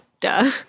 Duh